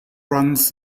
runs